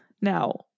now